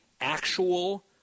actual